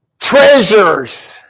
Treasures